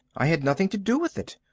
i had nothing to do with it.